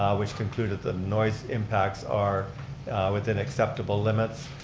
which concluded the noise impacts are within acceptable limits.